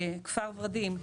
כפר ורדים,